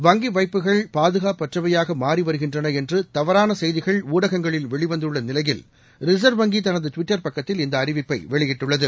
வங்கி வைப்புகள் பாதுகாப்பற்றவையாக மாறி வருகின்றன என்று தவறான செய்திகள் ஊடகங்களில் வெளிவந்துள்ள நிலையில் ரிசா்வ் வங்கி தனது டுவிட்டர் பக்கத்தில் இந்த அறிவிப்பை வெளியிட்டுள்ளது